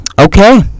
okay